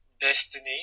destiny